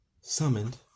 summoned